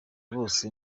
bose